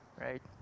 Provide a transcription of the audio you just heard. right